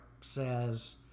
says